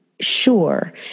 sure